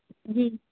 जी